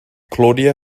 claudia